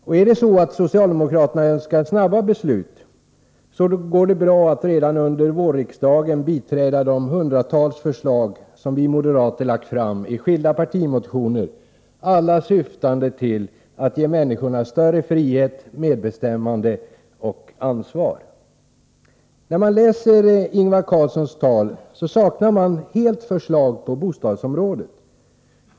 Och är det så att socialdemokraterna önskar snabba beslut, går det bra att redan under vårriksdagen biträda de hundratals förslag som vi moderater lagt fram i skilda partimotioner, alla syftande till att ge människorna större frihet, medbestämmande och ansvar. När man läser Ingvar Carlssons tal saknar man helt förslag på bostadsområdet.